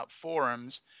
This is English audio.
forums